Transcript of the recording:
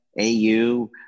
AU